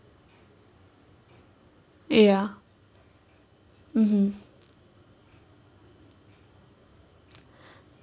ya mmhmm